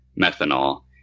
methanol